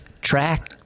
track